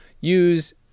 use